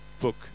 book